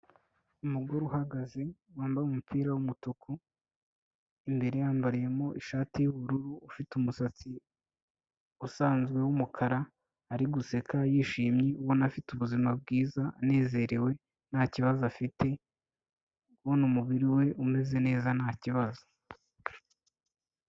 Umugore uhagaze wambaye umupira w'umutuku, imbere yambariyemo ishati y'ubururu, ufite umusatsi usanzwe w'umukara, ari guseka yishimye, ubona afite ubuzima bwiza, anezerewe, ntakibazo afite, ubona umubiri we umeze neza nta kibazo.